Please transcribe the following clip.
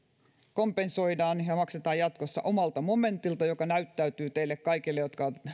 kompensoidaan ja maksetaan jatkossa omalta momentilta joka näyttäytyy teille kaikille jotka